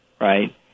right